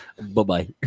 Bye-bye